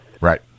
Right